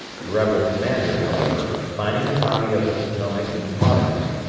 the rebel commander, however, finding the army of the potomac in front of him,